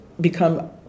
become